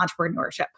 entrepreneurship